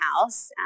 house